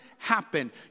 Happen